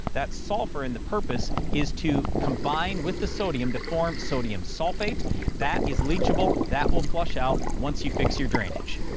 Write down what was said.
that sulfur and the purpose is to combine with the sodium to form sodium sulfate that is leachable that will flush out once you fix your drainage.